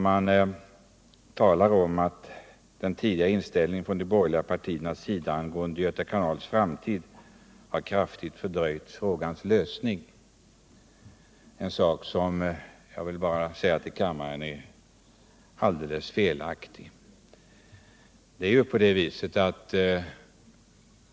De säger där: ”Den tidigare inställningen från de borgerliga partiernas sida angående Göta kanals framtid har kraftigt fördröjt frågans lösning.” Jag vill framhålla för kammaren att detta påstående är alldeles felaktigt.